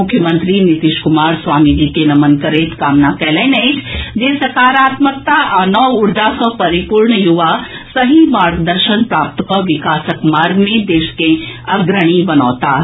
मुख्यमंत्री नीतीश कुमार स्वामी जी के नमन करैत कामना कयलनि अछि जे सकारात्मकता आ नव ऊर्जा सॅ परिपूर्ण युवा सही मार्गदर्शन प्राप्त कऽ विकासक मार्ग मे देश के अग्रणी बनौताह